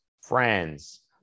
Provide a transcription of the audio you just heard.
friends